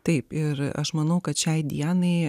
taip ir aš manau kad šiai dienai